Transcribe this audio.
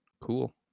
Cool